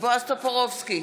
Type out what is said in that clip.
בועז טופורובסקי,